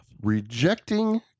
Rejecting